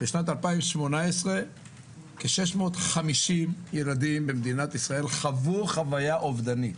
אני רוצה להזכיר שבשנת 2018 כ-650 ילדים במדינת ישראל חוו חוויה אובדנית